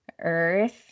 earth